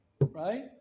Right